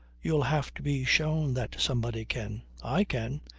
you'll have to be shown that somebody can. i can.